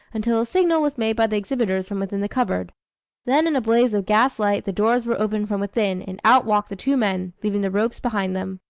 until a signal was made by the exhibitors from within the cupboard then in a blaze of gas light the doors were opened from within and out walked the two men, leaving the ropes behind them.